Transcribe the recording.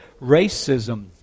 racism